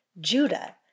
Judah